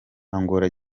angola